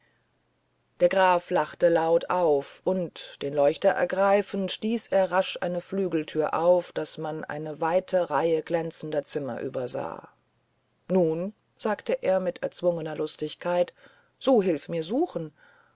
der graf lachte laut auf und den leuchter ergreifend stieß er rasch eine flügeltür auf daß man eine weite reihe glänzender zimmer übersah nun sagte er mit erzwungener lustigkeit so hilf mir suchen